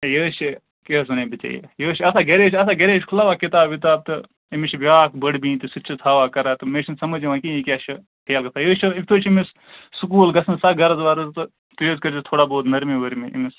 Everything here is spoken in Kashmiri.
یہِ حظ چھُ کیٛاہ حظ ونے ژےٚ بہٕ یہِ یہِ حظ چھُ آسان گَرے گرے چھُ آسان یہِ چھُ کھُلاوان کِتاب وِتاب تہٕ أمِس چھِ بیٛاکھ بٔڈۍ بیٚنہِ تہٕ سۅ تہِ چھَس ہاوان کٔران تہٕ مےٚ چھُنہٕ سَمج یِوان کِہیٖنٛۍ یہِ کیٛاہ چھُ فیل گژھان یہِ چھُ تُہۍ چھِوٕ أمِس سکوٗل گژھنَس آسان غرض ورض تہٕ تُہۍ حظ کٔرۍزیٚو تھوڑا بہت نٔرمی ؤرمی أمِس